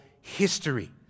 history